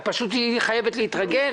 את פשוט תהיי חייבת להתרגל.